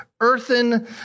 earthen